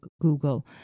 Google